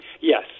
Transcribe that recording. Yes